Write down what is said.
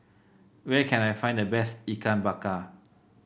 where can I find the best Ikan Bakar